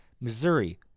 Missouri